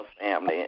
family